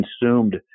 consumed